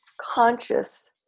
conscious